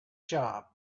job